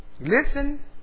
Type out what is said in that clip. Listen